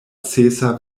sesa